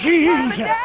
Jesus